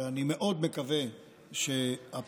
ואני מאוד מקווה שהפעם,